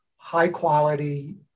high-quality